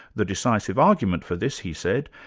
the decisive argument for this, he said,